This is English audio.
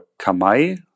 Kamai